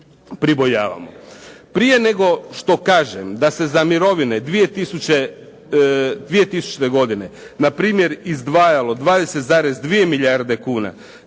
Prije nego što kažem da se za mirovine 2000. godine npr. izdvajalo 20,2 milijarde kuna,